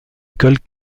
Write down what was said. école